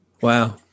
Wow